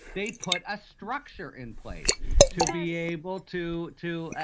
they put a structure in place to be able to to,